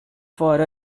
for